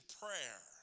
prayer